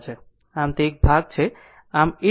આમ તે ભાગ છે આમ e jθ1 θ2